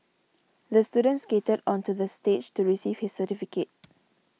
the student skated onto the stage to receive his certificate